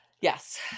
Yes